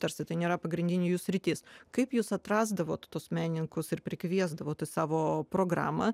tarsi tai nėra pagrindinė jų sritis kaip jūs atrasdavot tuos menininkus ir prikviesdavot savo programą